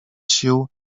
sił